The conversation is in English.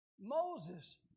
Moses